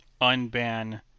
unban